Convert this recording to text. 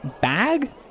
bag